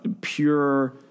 pure